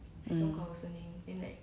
um